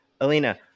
Alina